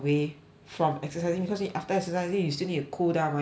from exercising because you need after exercising you still need to cool down mah you cannot be like